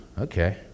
Okay